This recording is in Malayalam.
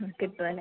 കിട്ടും അല്ലേ